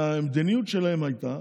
שהמדיניות שלהם הייתה,